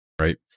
right